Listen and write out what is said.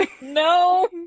No